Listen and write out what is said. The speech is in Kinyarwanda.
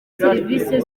serivisi